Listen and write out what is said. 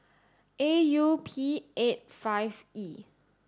A U P eight five E